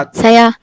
saya